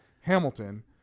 Hamilton